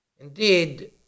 Indeed